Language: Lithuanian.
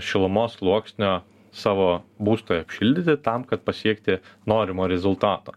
šilumos sluoksnio savo būstui apšildyti tam kad pasiekti norimo rezultato